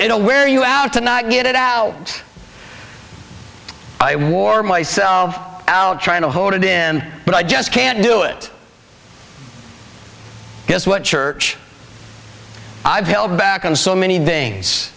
it'll wear you out to not get it out i wore myself out trying to hold it in but i just can't do it guess what church i've held back on so many things